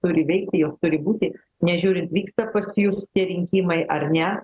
turi veikti jos turi būti nežiūrint vyksta partijų rinkimai ar ne